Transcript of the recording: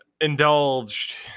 indulged